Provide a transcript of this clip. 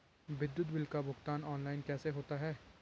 विद्युत बिल का भुगतान ऑनलाइन कैसे होता है?